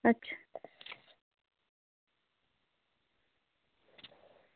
अच्छा